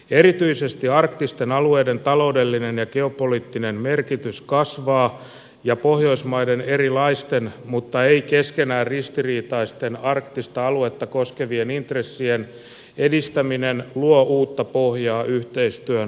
erityisesti arktisten alueiden taloudellinen ja geopoliittinen merkitys kasvaa ja pohjoismaiden erilaisten mutta ei keskenään ristiriitaisten arktista aluetta koskevien intressien edistäminen luo uutta pohjaa yhteistyön laajentamiselle